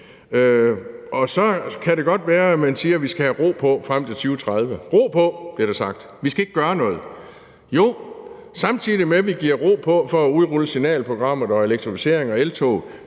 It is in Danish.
Så kan det godt være, at man siger, at vi skal have ro på frem til 2030 – ro på, bliver der sagt, vi skal ikke gøre noget. Jo, samtidig med at vi giver ro på for at udrulle signalprogrammet og elektrificeringen og eltoget,